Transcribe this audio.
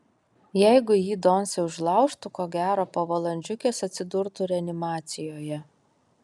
jeigu jį doncė užlaužtų ko gero po valandžiukės atsidurtų reanimacijoje